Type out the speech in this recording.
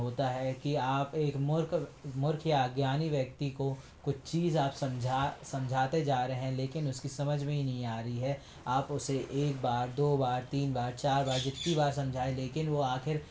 होता है कि आप एक मूर्ख मूर्ख या अज्ञानी व्यक्ति को कुछ चीज आप समझाते जा रहे हैं लेकिन उसकी समझ में ही नहीं आ रही है आप उसे एक बार दो बार तीन बार चार बार जितनी बार समझाएं लेकिन वो आखिर